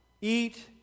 Eat